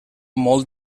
molt